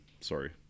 Sorry